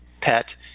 pet